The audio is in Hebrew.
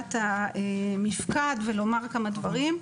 לסוגיית המפקד ולומר כמה דברים.